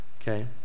okay